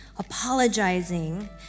apologizing